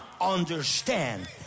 understand